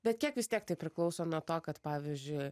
bet kiek vis tiek tai priklauso nuo to kad pavyzdžiui